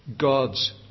God's